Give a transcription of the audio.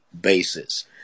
basis